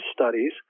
studies